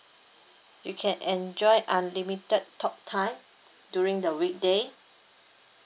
you can enjoy unlimited talk time during the weekday